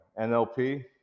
NLP